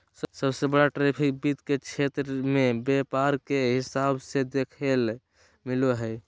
सबसे बड़ा ट्रैफिक वित्त के क्षेत्र मे व्यापार के हिसाब से देखेल मिलो हय